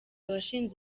washinze